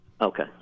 Okay